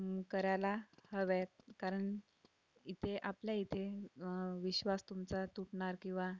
करायला हव्यात कारण इथे आपल्या इथे विश्वास तुमचा तुटणार किंवा